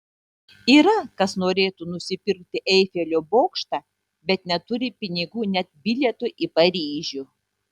yra kas norėtų nusipirkti eifelio bokštą bet neturi pinigų net bilietui į paryžių